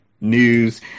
news